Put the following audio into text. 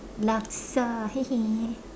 laksa